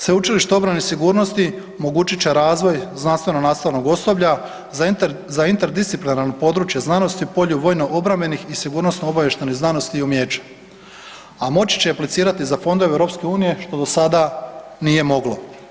Sveučilište obrane i sigurnosti omogućit će razvoj znanstveno nastavnog osoba za interdisciplinarno područje znanosti polju vojno obrambenih i sigurnosno obavještajnih znanosti i umijeća, a moći će aplicirati za fondove EU što do sada nije moglo.